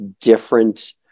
different